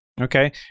Okay